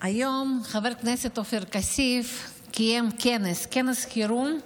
היום חבר הכנסת עופר כסיף קיים כנס חירום: